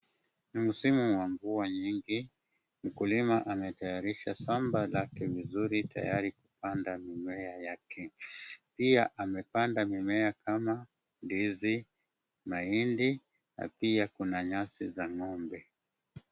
Ni msimu wa mvua nyingi, mkulima anatayarisha shamba lake vizuri tayari kupanda mimea yake, pia amepanda mimea kama ndizi, mahindi na pia kuna nyasi za ng'ombe.